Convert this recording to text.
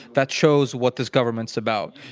that shows what this government's about.